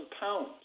pounds